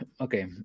Okay